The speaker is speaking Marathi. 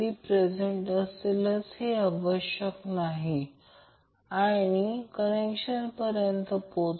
तर हे थ्री फेज जनरेटर आहे कधीकधी आपण त्याला अल्टरनेटर म्हणतो